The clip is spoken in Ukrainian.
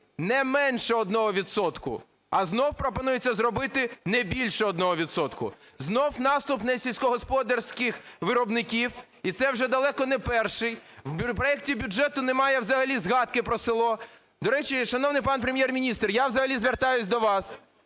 відсотка, а знов пропонується зробити, не більше одного відсотка. Знов наступ на сільськогосподарських виробників, і це вже далеко не перший. В проекті бюджету немає взагалі згадки про село. До речі, шановний пан Прем'єр-міністр, я взагалі звертаюсь до вас!